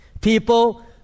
People